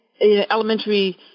elementary